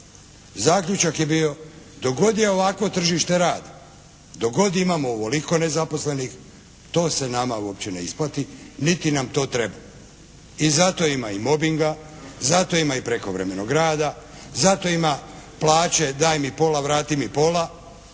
Zaključak je bio, dok god je ovakvo tržište rada, dok god imamo ovoliko nezaposlenih, to se nama uopće ne isplati niti nam to treba i zato ima i mobinga, zato ima i prekovremenog rada, zato ima plaće daj mi pola, vrati mi pola